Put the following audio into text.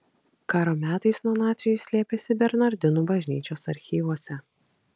karo metais nuo nacių jis slėpėsi bernardinų bažnyčios archyvuose